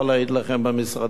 במשרדנו,